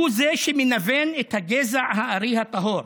הוא שמנוון את הגזע הארי הטהור,